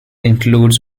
includes